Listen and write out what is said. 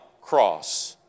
cross